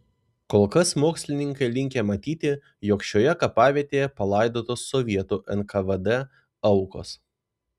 kol kas mokslininkai linkę matyti jog šioje kapavietėje palaidotos sovietų nkvd aukos